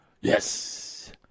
Yes